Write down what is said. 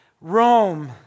Rome